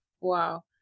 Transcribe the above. wow